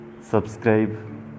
subscribe